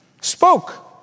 spoke